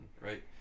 right